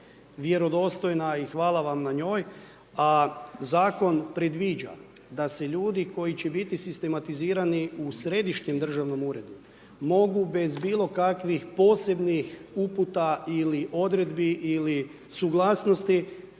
vjerodostojna i hvala vam na njoj a zakon predviđa da se ljudi koji će biti sistematizirani u središnjem državnom uredu, mogu bez bilokakvih posebnih uputa ili odredbi ili suglasnosti,